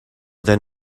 then